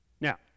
Now